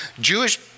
Jewish